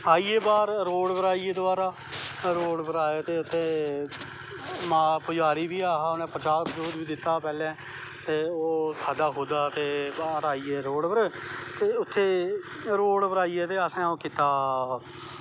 आई गे बाह्र रोड़ पर आई गे दवारा रोड़ पर आए ते इत्थें पुज़ारी बी ऐहा हा उनैं परशाद परशूद बी दित्ता ते ओह् खाद्धा खूद्धा ते बाह्र आई गे रोड़ पर ते उत्थें रोड़ पर आइयै ते असैं ओह् कीता